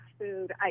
food